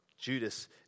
Judas